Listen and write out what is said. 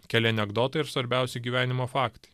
keli anekdotai ir svarbiausi gyvenimo faktai